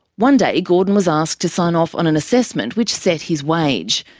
one day gordon was asked to sign off on an assessment which set his wage,